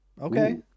Okay